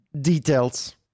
details